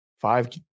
five